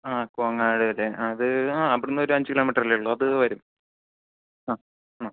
ആ കോങ്ങാടല്ലേ അത് ഇവിടുന്നൊരു അഞ്ചു കിലോമിറ്റർ അല്ലേയുള്ളു അത് വരും ആ